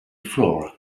flora